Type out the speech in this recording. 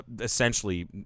essentially